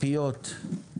תצפיות